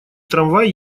трамвай